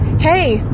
hey